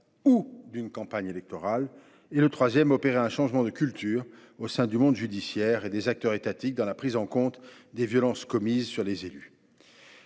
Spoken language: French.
ou d’une campagne électorale ; troisièmement, opérer un changement de culture au sein du monde judiciaire et des acteurs étatiques dans la prise en compte des violences commises sur les élus.